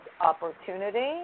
opportunity